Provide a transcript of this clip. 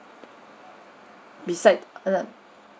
besides the